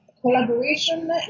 collaboration